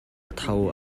tho